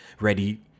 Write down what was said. ready